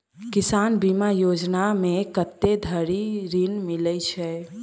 किसान बीमा योजना मे कत्ते धरि ऋण मिलय छै?